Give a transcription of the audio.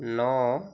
ন